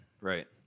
Right